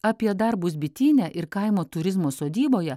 apie darbus bityne ir kaimo turizmo sodyboje